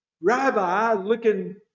rabbi-looking